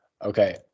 Okay